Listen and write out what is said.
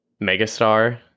megastar